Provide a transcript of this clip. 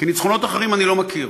כי ניצחונות אחרים אני לא מכיר.